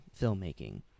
filmmaking